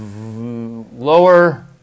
lower